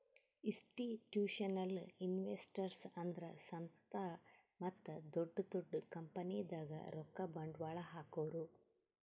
institutional investors ಅಂದ್ರ ಸಂಸ್ಥಾ ಮತ್ತ್ ದೊಡ್ಡ್ ದೊಡ್ಡ್ ಕಂಪನಿದಾಗ್ ರೊಕ್ಕ ಬಂಡ್ವಾಳ್ ಹಾಕೋರು